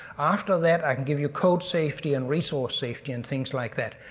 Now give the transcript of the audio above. after that, i can give you code safety and resource safety and things like that,